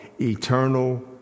eternal